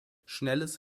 schnelles